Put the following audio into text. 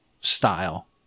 style